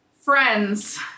friends